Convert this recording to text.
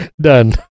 Done